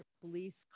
police